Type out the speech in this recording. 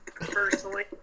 Personally